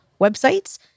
websites